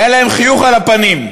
היה להם חיוך על הפנים.